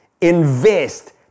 Invest